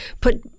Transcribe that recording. put